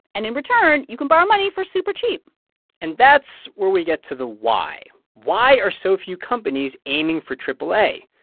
and in return, you can borrow money for super cheap and that's where we get to the why. why are so few companies aiming for triple a?